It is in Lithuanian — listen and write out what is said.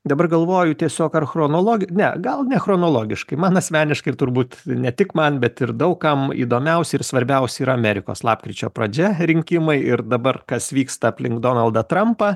dabar galvoju tiesiog ar chronolog ne gal ne chronologiškai man asmeniškai turbūt ne tik man bet ir daug kam įdomiausi ir svarbiausi yra amerikos lapkričio pradžia rinkimai ir dabar kas vyksta aplink donaldą trampą